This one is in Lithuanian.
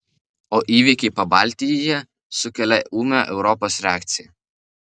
o įvykiai pabaltijyje sukelia ūmią europos reakciją